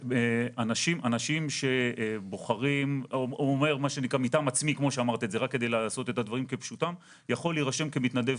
אדם שבוחר מטעם עצמו יכול להירשם כמתנדב